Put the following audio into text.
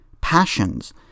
passions